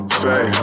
say